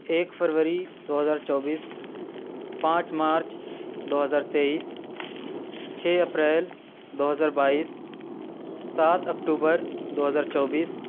ایک فروری دو ہزار چوبیس پانچ مارچ دو ہزار تیئیس چھ اپریل دو ہزار بائیس سات اکتوبر دو ہزار چوبیس